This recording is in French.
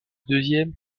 deuxième